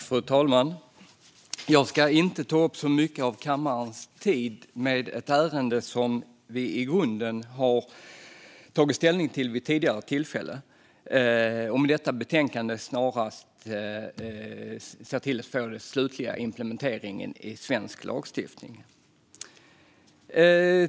Fru talman! Jag ska inte ta så mycket av kammarens tid i anspråk för ett ärende som vi i grunden har tagit ställning till vid tidigare tillfälle. Med detta betänkande ser vi snarast till att få den slutliga implementeringen i svensk lagstiftning.